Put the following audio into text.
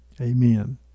Amen